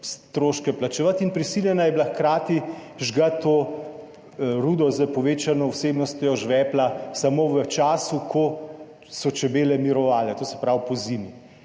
stroške plačevati in prisiljena je bila hkrati žgati to rudo s povečano vsebnostjo žvepla samo v času, ko so čebele mirovale, to se pravi pozimi.